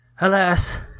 Alas